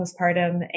postpartum